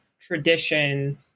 tradition